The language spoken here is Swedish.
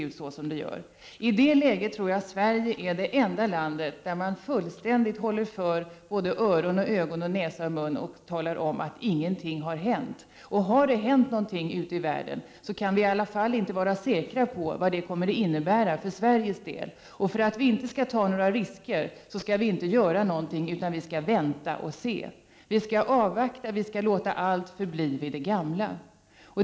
I det läget tror jag Sverige är det enda land i vilket man fullständigt håller för öron, ögon, näsa och mun samt talar om att ingenting har hänt. Har det ändå hänt något ute i världen, kan vi ändå inte vara säkra på vad det kommer att innebära för Sverige. För att inte ta några risker gör vi ingenting utan väntar och ser. Vi avvaktar och låter allt förbli vid det gamla.